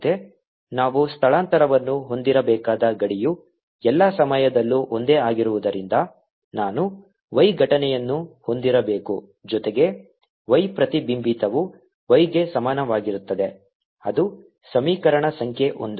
ಮತ್ತೆ ನಾವು ಸ್ಥಳಾಂತರವನ್ನು ಹೊಂದಿರಬೇಕಾದ ಗಡಿಯು ಎಲ್ಲಾ ಸಮಯದಲ್ಲೂ ಒಂದೇ ಆಗಿರುವುದರಿಂದ ನಾನು y ಘಟನೆಯನ್ನು ಹೊಂದಿರಬೇಕು ಜೊತೆಗೆ y ಪ್ರತಿಬಿಂಬಿತವು y ಗೆ ಸಮಾನವಾಗಿರುತ್ತದೆ ಅದು ಸಮೀಕರಣ ಸಂಖ್ಯೆ ಒಂದು